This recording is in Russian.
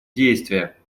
действия